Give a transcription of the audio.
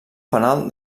fanal